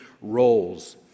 roles